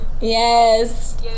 yes